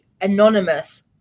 anonymous